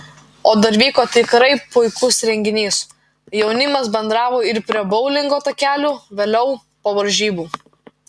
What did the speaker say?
o dar vyko tikrai puikus renginys jaunimas bendravo ir prie boulingo takelių vėliau po varžybų